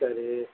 சரி